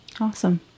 Awesome